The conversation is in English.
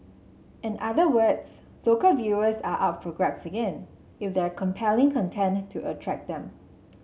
in other words local viewers are up for grabs again if there are compelling content to attract them